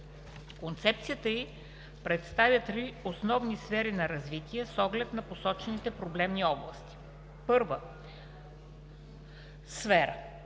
Концепцията ѝ представя три основни сфери на развитие с оглед на посочените проблемни области. 1.